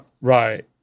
Right